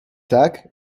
tak